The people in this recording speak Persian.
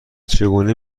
چگونه